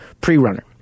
pre-runner